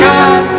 God